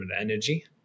energy